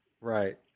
Right